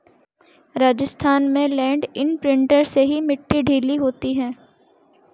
राजस्थान में land imprinter से ही मिट्टी ढीली होती है